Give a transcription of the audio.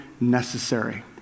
necessary